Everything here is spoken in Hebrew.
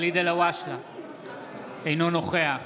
אינו נוכח